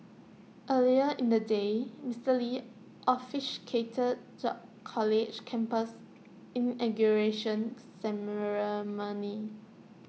earlier in the day Mister lee officiated the college's campus inauguration ceremony